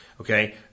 Okay